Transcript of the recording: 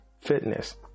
fitness